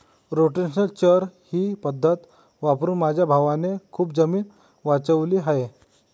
rotational चर ही पद्धत वापरून माझ्या भावाने खूप जमीन वाचवली आहे